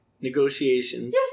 Negotiations